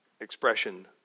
expression